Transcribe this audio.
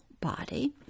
body